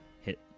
Hit